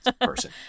person